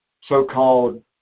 so-called